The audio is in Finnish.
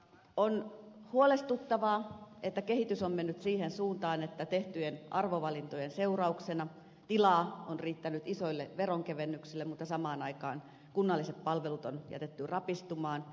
on huolestuttavaa että kehitys on mennyt siihen suuntaan että tehtyjen arvovalintojen seurauksena tilaa on riittänyt isoille veronkevennyksille mutta samaan aikaan kunnalliset palvelut on jätetty rapistumaan